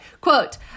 quote